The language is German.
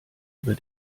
über